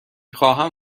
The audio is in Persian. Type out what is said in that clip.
خواهم